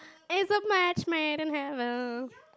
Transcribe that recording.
is a much madam hello